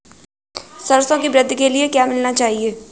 सरसों की वृद्धि के लिए क्या मिलाना चाहिए?